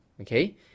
Okay